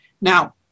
Now